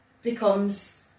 becomes